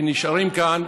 ונשארים כאן,